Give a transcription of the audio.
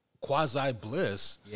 quasi-bliss